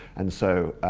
and so